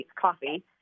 coffee